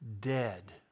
dead